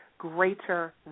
greater